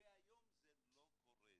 והיום זה לא קורה.